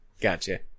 Gotcha